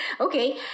Okay